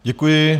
Děkuji.